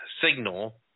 signal